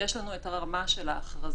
יש לנו את הרמה של ההכרזה,